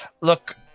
Look